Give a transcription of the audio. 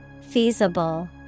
Feasible